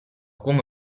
come